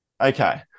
Okay